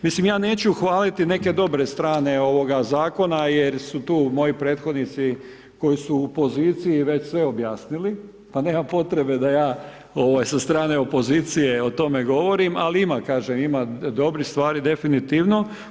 Mislim ja neću hvaliti neke dobre strane zakona jer su tu moji prethodnici koji su u poziciji već sve objasnili pa nema potreba da ja sa strane opozicije o tome govorim ali ima, kažem ima dobrih stvari definitivno.